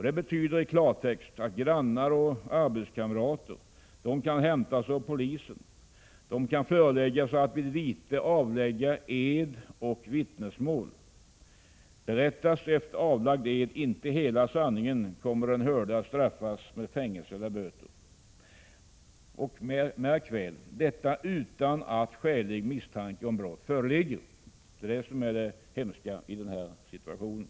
Det betyder i klartext att grannar och arbetskamrater kan hämtas av polisen och föreläggas att vid vite avlägga ed och vittnesmål. Berättas efter avlagd ed inte hela sanningen, kommer den hörde att straffas med fängelse eller böter. Märk väl: utan att skälig misstanke om brott föreligger — det är det som är det hemska i det här sammanhanget.